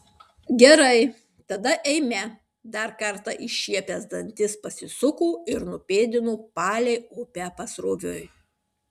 gerai tada eime dar kartą iššiepęs dantis pasisuko ir nupėdino palei upę pasroviui